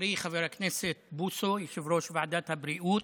לחברי חבר הכנסת בוסו, יושב-ראש ועדת הבריאות,